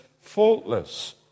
faultless